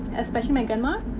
especially my grandmar.